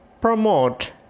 promote